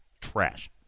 trash